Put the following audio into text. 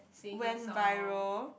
went viral